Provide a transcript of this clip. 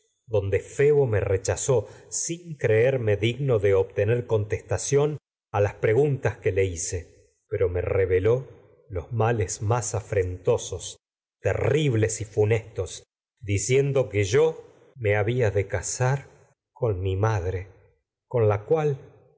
donde febo rechazó digno de obtener contestación ló los a las preguntas que le hice pero me reve males más afrentosos terribles y funestos dicien do que yo me había de casar con mi madre con la cual